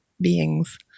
beings